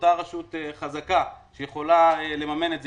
שאותה רשות חזקה שיכולה לממן את זה,